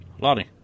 Lottie